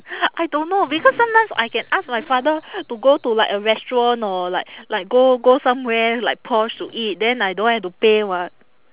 I don't know because sometimes I can ask my father to go to like a restaurant or like like go go somewhere like posh to eat then I don't have to pay [what]